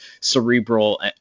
cerebral